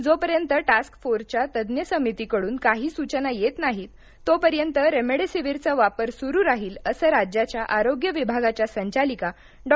जोपर्यंतर task फोर्सच्या तंज्ज्ञ समितीकडून काही सूचना येत नाहीत तोपर्यंत रेमेडेसिवीरचा वापर सुरू राहील असं राज्याच्या आरोग्य विभागाच्या संचालिका डॉ